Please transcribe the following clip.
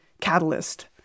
catalyst